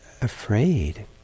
afraid